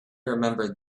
remembered